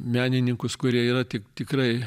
menininkus kurie yra tik tikrai